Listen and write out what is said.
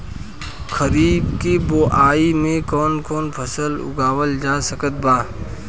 खरीब के बोआई मे कौन कौन फसल उगावाल जा सकत बा?